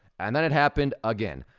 and then it happened again.